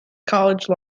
college